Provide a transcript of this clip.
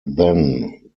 then